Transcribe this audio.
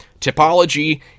Typology